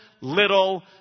little